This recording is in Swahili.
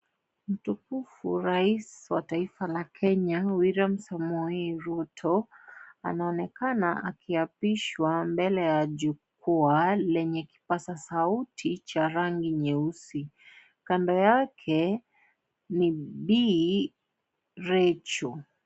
Mtukufu rais, wa taifa la Kenya, William Samoei Ruto, anaonekana, akiapishwa, mbele ya jukwaa, lenye kipasa sauti cha rangi nyeusi, kando yake, ni bii, Rachael.